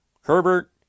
Herbert